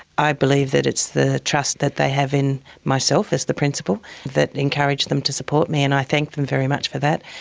i believe that it's the trust that they have in myself as the principal that encouraged them to support me, and i thank them very much for that.